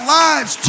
lives